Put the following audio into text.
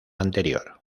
anterior